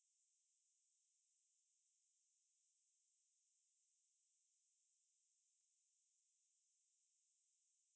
uh so uh the rich girl the the family was quite err well to do so they err hired a bodyguard